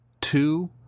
two